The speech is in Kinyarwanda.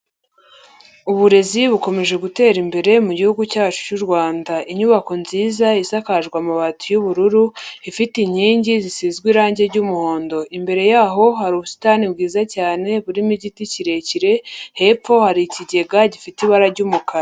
Uburezi bukomeje gutera imbere mu gihugu cyacu cy'u Rwanda. Inyubako nziza, isakajwe amabati y'ubururu, ifite inkingi zisizwe irangi ry'umuhondo, imbere yaho hari ubusitani bwiza cyane, burimo igiti kirekire, hepfo hari ikigega gifite ibara ry'umukara.